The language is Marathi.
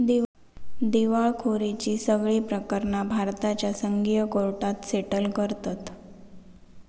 दिवळखोरीची सगळी प्रकरणा भारताच्या संघीय कोर्टात सेटल करतत